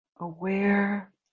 Aware